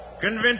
Convince